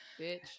Bitch